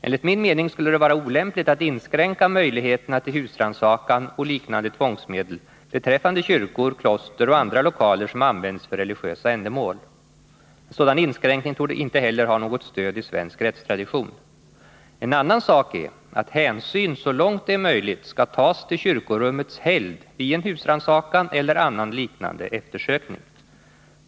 Enligt min mening skulle det vara olämpligt att inskränka möjligheterna till husrannsakan och liknande tvångsmedel beträffande kyrkor, kloster och andra lokaler som används för religiösa ändamål. En sådan inskränkning torde inte heller ha något stöd i svensk rättstradition. En annan sak är att hänsyn så långt det är möjligt skall tas till kyrkorummets helgd vid en husrannsakan eller annan liknande eftersökning.